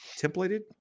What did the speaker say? templated